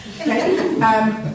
okay